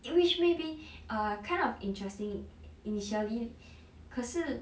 which maybe err kind of interesting initially 可是